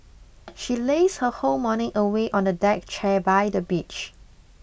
she lazed her whole morning away on a deck chair by the beach